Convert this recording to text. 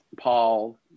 Paul